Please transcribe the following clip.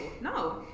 No